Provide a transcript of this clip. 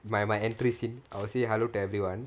my my entry scene I will say hello to everyone